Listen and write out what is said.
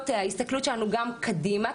ההסתכלות שלנו גם קדימה,